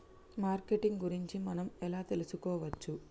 Marketing గురించి మనం ఎలా తెలుసుకోవచ్చు?